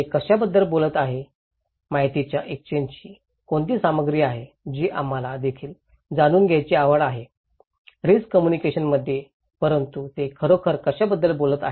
ते कशाबद्दल बोलत आहेत माहितीच्या एक्सचेन्जीची कोणती सामग्री आहे जी आम्हाला देखील जाणून घ्यायची आवड आहे रिस्क कम्युनिकेशनमध्ये परंतु ते खरोखर कशाबद्दल बोलत आहेत